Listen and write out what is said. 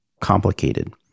complicated